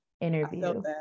interview